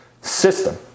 system